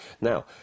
Now